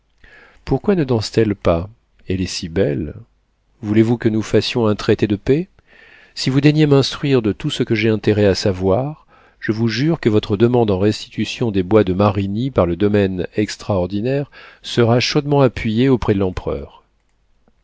pourquoi ne danse t elle pas elle est si belle voulez-vous que nous fassions un traité de paix si vous daignez m'instruire de tout ce que j'ai intérêt à savoir je vous jure que votre demande en restitution des bois de marigny par le domaine extraordinaire sera chaudement appuyée auprès de l'empereur